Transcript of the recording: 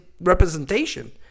representation